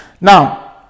Now